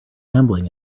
gambling